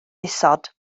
isod